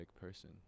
person